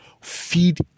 Feed